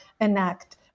enact